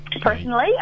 personally